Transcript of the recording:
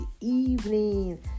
evening